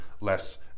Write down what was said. less